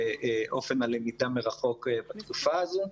ואופן הלמידה מרחוק בתקופה הזאת.